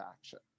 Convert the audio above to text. action